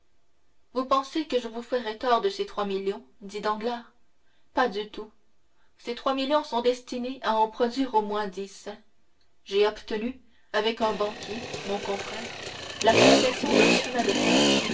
vous pensez que je vous ferai tort de ces trois millions dit danglars pas du tout ces trois millions sont destinés à en produire au moins dix j'ai obtenu avec un banquier mon confrère la concession d'un chemin de fer